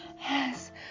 Yes